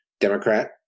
Democrat